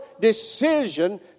decision